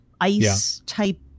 ice-type